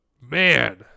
man